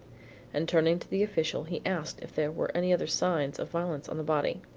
and turning to the official he asked if there were any other signs of violence on the body.